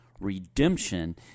redemption